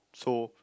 so